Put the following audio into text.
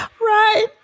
right